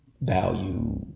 Value